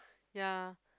ya